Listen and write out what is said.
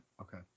okay